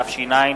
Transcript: בטבת התש"ע,